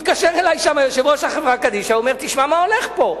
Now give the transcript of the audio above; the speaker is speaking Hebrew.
מתקשר אלי יושב-ראש חברה קדישא שם ואומר: תשמע מה הולך פה.